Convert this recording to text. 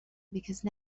because